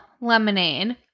lemonade